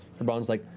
febron's like,